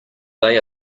they